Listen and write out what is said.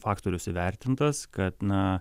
faktorius įvertintas kad na